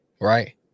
right